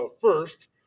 first